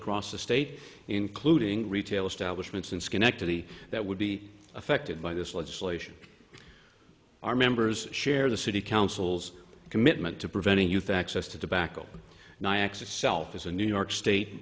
across the state including retail establishments in schenectady that would be affected by this legislation our members share the city council's commitment to preventing youth access to dbcle ny x itself is a new york state